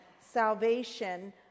salvation